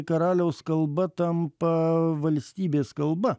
karaliaus kalba tampa valstybės kalba